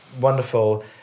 wonderful